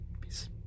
Peace